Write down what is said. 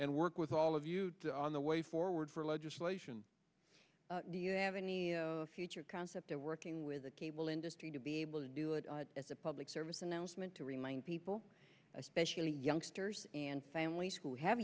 and work with all of you on the way forward for legislation do you have any future concept of working with the cable industry to be able to do it as a public service announcement to remind people especially youngsters and families who have